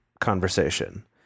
conversation